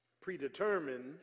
Predetermined